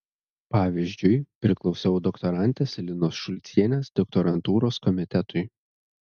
pavyzdžiui priklausiau doktorantės linos šulcienės doktorantūros komitetui